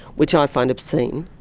which i find obscene.